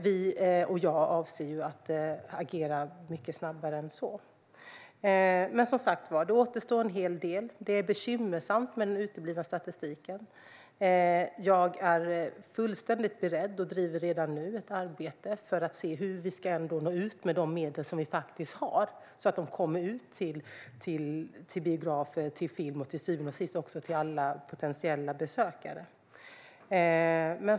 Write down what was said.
Vi och jag avser att agera mycket snabbare än så. Som sagt: Det återstår en hel del. Det är bekymmersamt med den uteblivna statistiken. Jag är fullständigt beredd att driva, och jag driver redan nu, ett arbete för att se hur vi ska nå ut med de medel som vi har så att de kommer ut till biografer, till film och till syvende och sist också till alla potentiella besökare.